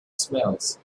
smells